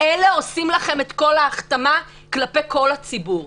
אלה עושים לכם את כל ההכתמה כלפי כל הציבור.